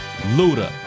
Luda